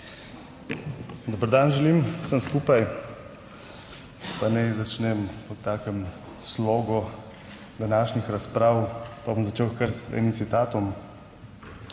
Dober dan želim vsem skupaj. Pa naj začnem v takem slogu današnjih razprav, pa bom začel kar z enim citatom.